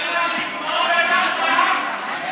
כל הכבוד לכם.